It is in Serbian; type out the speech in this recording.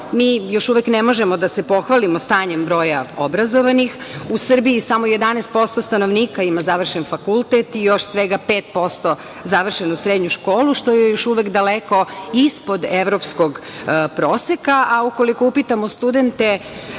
mi još uvek ne možemo da se pohvalimo stanjem broja obrazovanih u Srbiji. Samo 11% stanovnika ima završen fakultet i još svega 5% završenu srednju školu, što je još uvek daleko ispod evropskog proseka, a ukoliko upitamo studente,